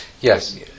Yes